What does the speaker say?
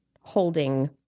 holding